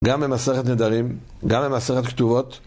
גם במסכת נדרים, גם במסכת כתובות.